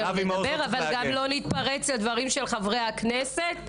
אבל גם לא נתפרץ לדברים של חברי הכנסת.